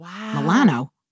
Milano